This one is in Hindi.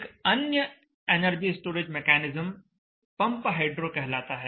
एक अन्य energy storage mechanism pump hydro कहलाता है